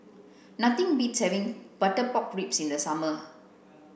nothing beats having butter pork ribs in the summer